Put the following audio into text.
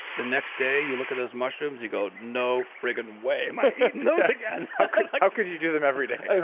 the next day you look at those mushrooms, you go, no frigging way am i eating those again. how could how could you do them every day?